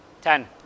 Ten